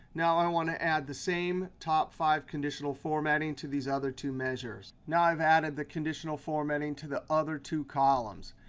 now i want to add the same top five conditional formatting to these other two measures. now i've added the conditional formatting to the other two columns.